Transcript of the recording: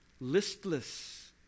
listless